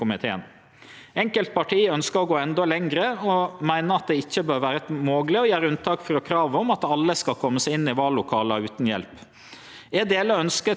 Eg deler ønsket til desse partia om at alle vallokala skal vere tilgjengelege for alle veljarar, uavhengig av funksjonsevne. Dessverre veit vi at dette for nokre kommunar vil